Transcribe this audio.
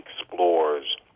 explores